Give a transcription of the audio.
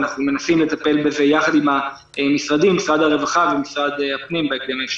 ואנחנו מנסים לטפל בזה יחד עם המשרדים רווחה ופנים בהקדם האפשרי.